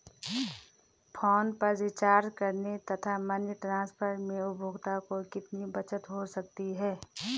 Phone पर recharge करने तथा मनी ट्रांसफर में उपभोक्ता को कितनी बचत हो सकती है?